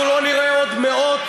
אנחנו לא נראה עוד מאות,